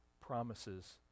promises